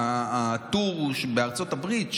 אחרי הטור שהיה בארצות הברית,